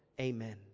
Amen